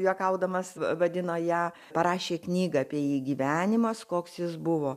juokaudamas vadino ją parašė knygą apie jį gyvenimas koks jis buvo